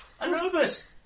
Anubis